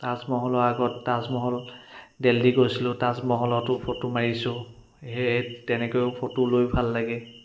তাজমহলৰ আগত তাজমহল দেলহি গৈছিলোঁ তাজমহলতো ফটো মাৰিছোঁ সেয়ে তেনেকৈও ফটো লৈ ভাল লাগে